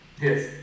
Yes